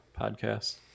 podcast